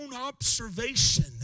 observation